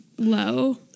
low